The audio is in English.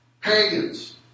pagans